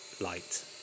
light